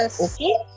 okay